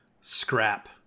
scrap